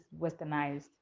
westernized